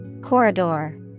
Corridor